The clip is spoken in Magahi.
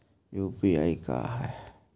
यु.पी.आई का है?